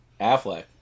Affleck